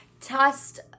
test